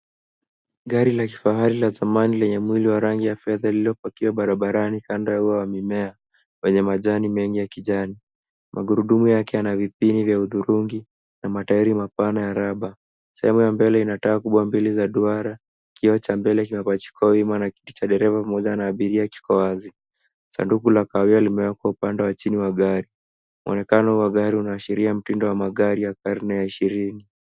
Gari la kifahari la zamani lenye mwili wa rangi ya fedha lililopakiwa barabarani kando ya ua la mimea, penye majani mengi ya kijani. Magurudumu yake yana vipini vya hudhurungi na matairi mapana ya raba. Sehemu ya mbele ina taa kubwa mbili za duara. Kioo cha mbele kimepachikwa wima na kiti cha mbele pamoja na abiria kiko wazi. Sanduku la kahawia limewekwa upande wa chini wa gari. Muonekano wa gari unaashiria mtindo wa magari ya karne ya ishirini.